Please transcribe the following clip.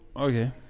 Okay